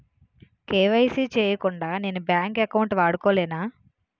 KYC చేయకుండా నేను bank account వాడుకొలేన?